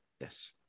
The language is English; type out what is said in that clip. yes